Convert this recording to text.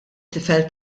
tifel